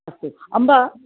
अस्तु अम्ब